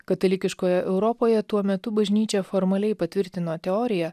katalikiškoje europoje tuo metu bažnyčia formaliai patvirtino teoriją